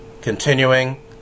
Continuing